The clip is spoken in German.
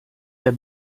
der